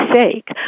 sake